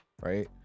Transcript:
right